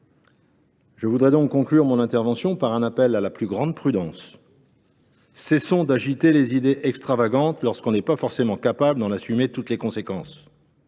Je voudrais donc conclure mon intervention par un appel à la plus grande prudence. Cessons d’agiter des idées extravagantes lorsque nous ne sommes pas forcément capables d’en assumer toutes les conséquences.